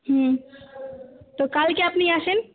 হুম তো কালকে আপনি আসুন